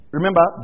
Remember